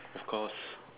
of course